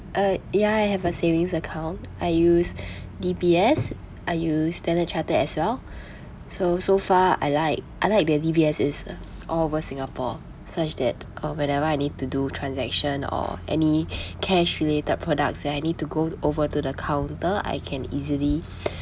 uh ya I have a savings account I use D_B_S I use Standard Chartered as well so so far I like I like that D_B_S is uh all over singapore such that uh whenever I need to do transaction or any cash related products that I need to go over to the counter I can easily